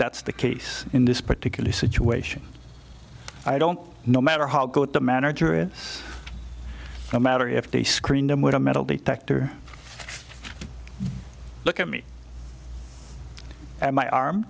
that's the case in this particular situation i don't no matter how good the manager it no matter if they screen them with a metal detector look at me and my arm